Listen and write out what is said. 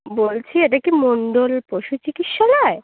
বলছি এটা কি মন্ডল পশু চিকিৎসালয়